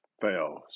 fails